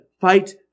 fight